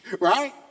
Right